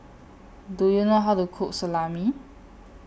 Do YOU know How to Cook Salami